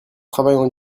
travaillant